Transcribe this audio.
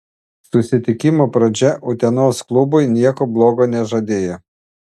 susitikimo pradžia utenos klubui nieko blogo nežadėjo